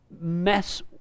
mess